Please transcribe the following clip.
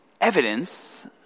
evidence